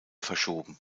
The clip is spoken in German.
verschoben